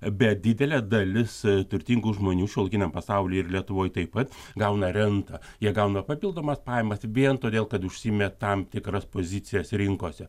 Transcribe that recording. bet didelė dalis turtingų žmonių šiuolaikiniam pasauly ir lietuvoj taip pat gauna rentą jie gauna papildomas pajamas vien todėl kad užsiimė tam tikras pozicijas rinkose